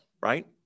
right